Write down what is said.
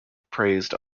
praised